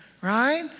right